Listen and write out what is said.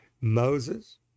Moses